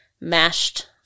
mashed